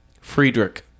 Friedrich